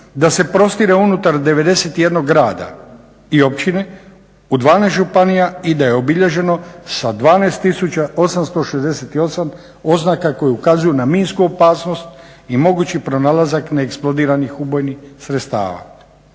da se prostire unutar 91 grada i općine u 12 županija i da je obilježeno sa 12 868 oznaka koje ukazuju na minsko opasnost i mogući pronalazak neeksplodiranih ubojitih sredstava.